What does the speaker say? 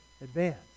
advanced